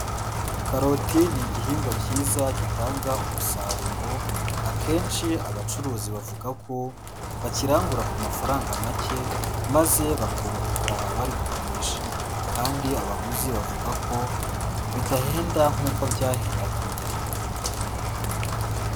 Karoti ni igihingwa cyiza gitanga umusaruro, akenshi abacuruzi bavuga ko bakirangura ku mafaranga make maze bakunguka bari kugurisha, kandi abaguzi bavuga ko bidahenda nk'uko byahendaga mbere.